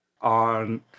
on